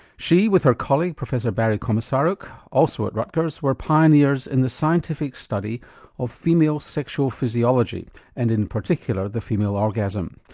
she, with her colleague professor barry komisaruk, also at rutgers, were pioneers in the scientific study of female sexual physiology and in particular the female orgasm.